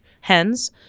hens